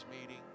meeting